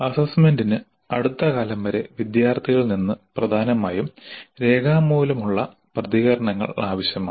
അസ്സസ്സ്മെന്റിന് അടുത്ത കാലം വരെ വിദ്യാർത്ഥികളിൽ നിന്ന് പ്രധാനമായും രേഖാമൂലമുള്ള പ്രതികരണങ്ങൾ ആവശ്യമാണ്